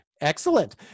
Excellent